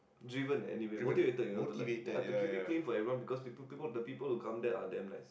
driven anyway motivated you know to like ya to keep it clean for everyone because people the people who come there are damn nice